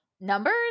Numbers